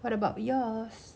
what about yours